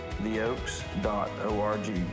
theoaks.org